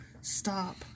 Stop